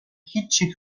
هیچی